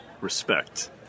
respect